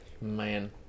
man